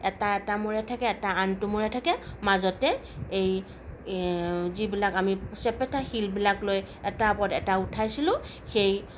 এটা এটা মূৰে থাকে এটা আনটো মূৰে থাকে মাজতে এই যিবিলাক আমি চেপেটা শিলবিলাক লৈ এটাৰ ওপৰত এটা উঠাইছিলোঁ সেই